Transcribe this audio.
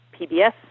PBS